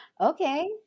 Okay